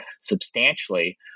substantially